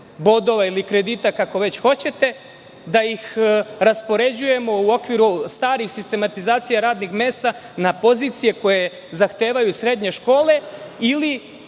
bodova ili kredita, kako hoćete, da ih raspoređujemo u okviru starih sistematizacija radnih mesta na pozicije koje zahtevaju srednje škole ili